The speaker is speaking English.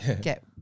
get